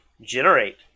generate